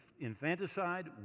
infanticide